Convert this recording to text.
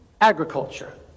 agriculture